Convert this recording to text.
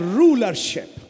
rulership